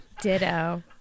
Ditto